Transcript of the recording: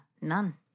none